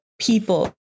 people